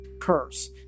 curse